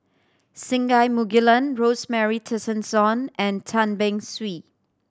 Singai Mukilan Rosemary Tessensohn and Tan Beng Swee